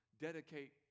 dedicate